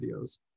videos